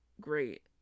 great